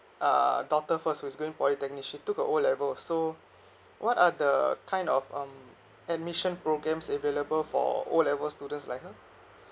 uh daughter first who's going polytechnic she took her O level so what are the kind of um admission programmes available for O level students may I know